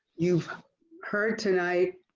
you've heard tonight.